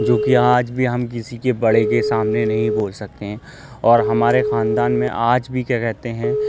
جوکہ آج بھی ہم کسی کے بڑے کے سامنے نہیں بول سکتے ہیں اور ہمارے خاندان میں آج بھی کیا کہتے ہیں